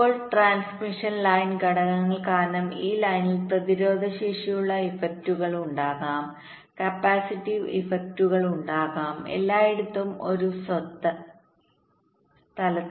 ഇപ്പോൾ ട്രാൻസ്മിഷൻ ലൈൻഘടകങ്ങൾ കാരണം ഈ ലൈനിൽ പ്രതിരോധശേഷിയുള്ള ഇഫക്റ്റുകൾ ഉണ്ടാകും കപ്പാസിറ്റീവ് ഇഫക്റ്റുകൾഉണ്ടാകും എല്ലായിടത്തും ഒരു സ്ഥലത്തല്ല